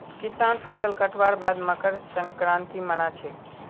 किसान फसल कटवार बाद मकर संक्रांति मना छेक